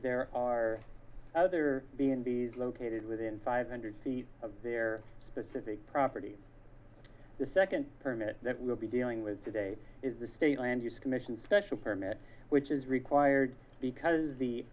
there are other b and b s located within five hundred feet of their specific property the second permit that will be dealing with today is the state land use commission special permit which is required because the